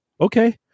okay